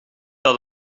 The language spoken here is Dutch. dat